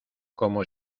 como